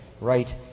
right